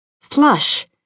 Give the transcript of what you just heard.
Flush